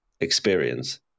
experience